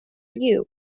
you